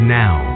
now